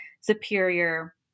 superior